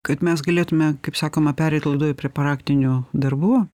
kad mes galėtume kaip sakoma pereit laidoj prie praktinių darbų